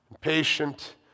patient